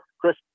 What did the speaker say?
Chris